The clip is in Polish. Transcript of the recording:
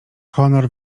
honor